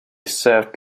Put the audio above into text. served